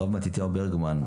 הרב מתתיהו ברגמן,